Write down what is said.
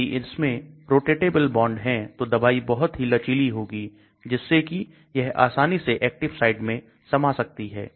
यदि इसमें rotatable bond है तो दवाई बहुत ही लचीली होगी जिससे कि यह आसानी से एक्टिव साइट में समा सकती है